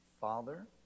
father